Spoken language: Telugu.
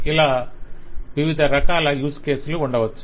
ఇలా వివిధ రకాల యూస్ కేసులు ఉండవచ్చు